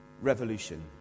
revolution